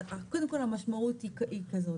קודם כל המשמעות היא כזאת,